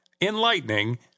Enlightening